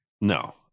No